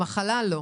במחלה לא.